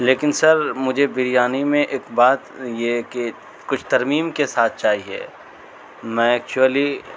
لیکن سر مجھے بریانی میں ایک بات یہ ہے کہ کچھ ترمیم کے ساتھ چاہیے میں ایکچولی